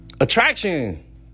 Attraction